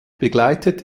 begleitet